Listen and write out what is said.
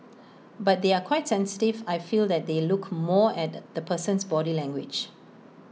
but they are quite sensitive I feel that they look more at the the person's body language